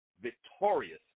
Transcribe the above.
victorious